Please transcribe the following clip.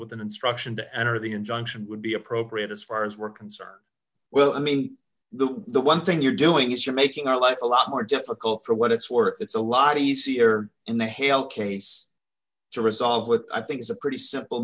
with an instruction to enter the injunction would be appropriate as far as we're concerned well i mean the one thing you're doing is you're making are like a lot more difficult for what it's worth it's a lot easier in the health case to resolve what i think is a pretty simple